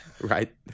Right